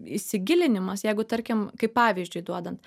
įsigilinimas jeigu tarkim kaip pavyzdžiui duodant